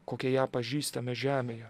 kokią ją pažįstame žemėje